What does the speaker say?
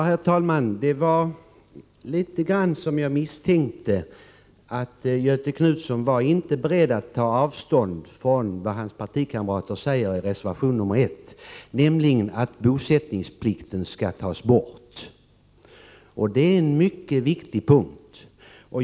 Herr talman! Det var litet grand som jag misstänkte. Göthe Knutson är inte beredd att ta avstånd från vad hans partikamrater säger i reservation 1, nämligen att bosättningsplikten skall tas bort. Det är en mycket viktig punkt.